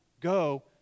Go